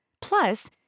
Plus